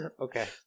okay